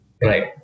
Right